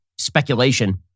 speculation